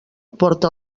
porta